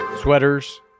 sweaters